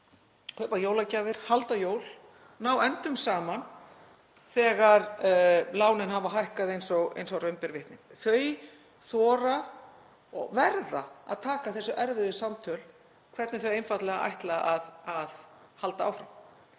að kaupa jólagjafir, halda jól, ná endum saman þegar lánin hafa hækkað eins og raun ber vitni. Þau þora og verða að taka þessu erfiðu samtöl um hvernig þau ætli einfaldlega að halda áfram.